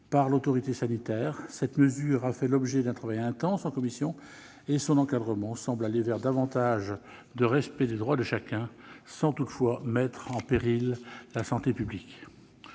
par l'autorité sanitaire. Cette disposition a fait l'objet d'un intense travail en commission et son encadrement semble aller vers davantage de respect des droits de chacun, sans toutefois mettre en péril la santé publique.